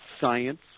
science